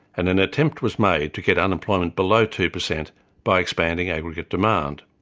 and an attempt was made to get unemployment below two percent by expanding aggregate demand.